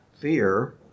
fear